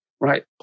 right